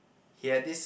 he had this